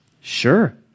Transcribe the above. Sure